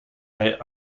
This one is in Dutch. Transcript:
hij